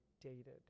dated